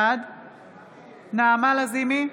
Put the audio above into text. בעד נעמה לזימי,